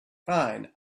fine